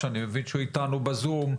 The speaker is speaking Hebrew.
שאני מבין שהוא איתנו בזום,